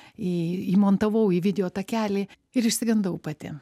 į įmontavau į video takelį ir išsigandau pati